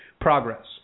progress